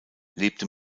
lebte